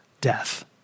death